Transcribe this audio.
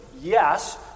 yes